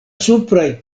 supraj